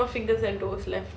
no more fingers and toes left